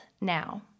now